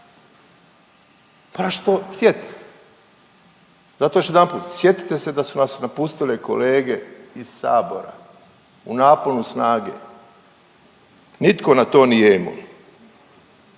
to htjet. Zato još jedanput, sjetite se da su nas napustile kolege iz Sabora u naponu snage, nitko na to nije imun.